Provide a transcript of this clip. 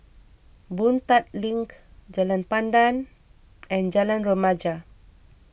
Boon Tat Link Jalan Pandan and Jalan Remaja